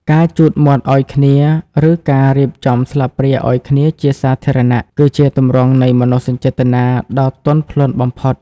ការជូតមាត់ឱ្យគ្នា ឬការរៀបចំស្លាបព្រាឱ្យគ្នាជាសាធារណៈ គឺជាទម្រង់នៃមនោសញ្ចេតនាដ៏ទន់ភ្លន់បំផុត។